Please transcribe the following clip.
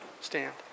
stand